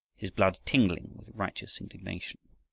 his blood tingling with righteous indignation.